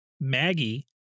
Maggie